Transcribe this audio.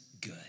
good